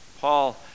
Paul